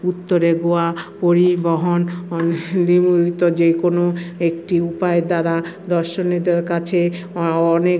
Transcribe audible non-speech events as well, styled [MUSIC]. উত্তরে গোয়া পরিবহন [UNINTELLIGIBLE] যে কোনো একটি উপায় দ্বারা দর্শকদের কাছে অনেক